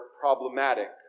problematic